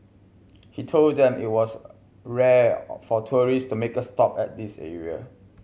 he told them it was rare for tourist to make a stop at this area